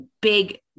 big